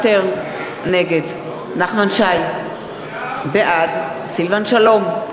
נגד נחמן שי, בעד סילבן שלום,